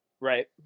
Right